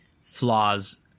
flaws